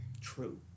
True